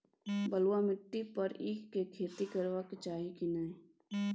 बलुआ माटी पर ईख के खेती करबा चाही की नय?